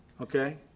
okay